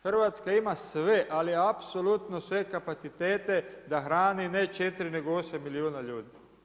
Hrvatska ima sve, ali apsolutno sve kapacitete, da hrani ne 4, nego 8 milijuna ljudi.